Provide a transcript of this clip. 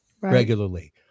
regularly